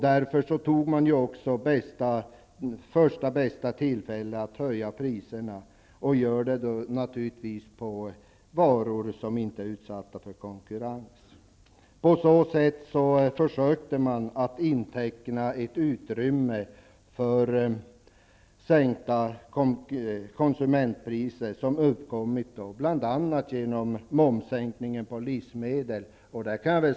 Därför tog Arla första bästa tillfälle att höja priserna -- naturligtvis på varor som inte är utsatta för konkurrens. På så sätt försökte man att inteckna ett utrymme för sänkta konsumentpriser som uppkommit bl.a.